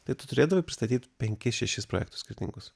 tai tu turėdavai pristatyt penkis šešis projektus skirtingus